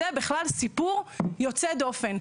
זה בכלל סיפור יוצא דופן.